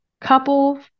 couple